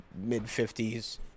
mid-50s